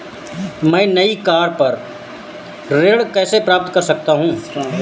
मैं नई कार पर ऋण कैसे प्राप्त कर सकता हूँ?